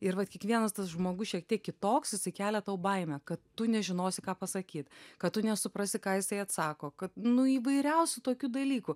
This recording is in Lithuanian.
ir vat kiekvienas tas žmogus šiek tiek kitoks jisai kelia tau baimę kad tu nežinosi ką pasakyt kad tu nesuprasi ką jisai atsako kad nu įvairiausių tokių dalykų